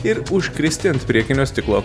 ir užkristi ant priekinio stiklo